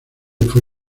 fue